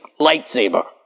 lightsaber